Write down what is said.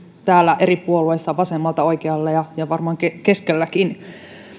täällä eri puolueissa vasemmalta oikealle ja ja varmaan keskelläkin